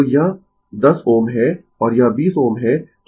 तो यह 10 Ω है और यह 20 Ω है